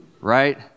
right